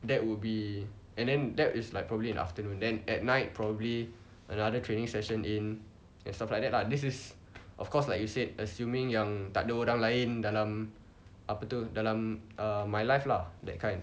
that would be and then that is like probably in afternoon then at night probably another training session in and stuff like that lah this is of course like you said assuming yang tak ada orang lain dalam apa tu dalam err my life lah that kind